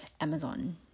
amazon